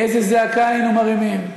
איזה זעקה היינו מרימים.